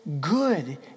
good